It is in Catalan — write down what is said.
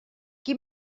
qui